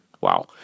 wow